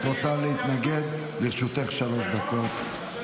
את רוצה להתנגד, לרשותך שלוש דקות.